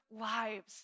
lives